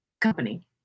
company